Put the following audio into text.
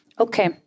Okay